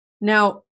Now